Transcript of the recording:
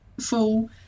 full